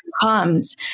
comes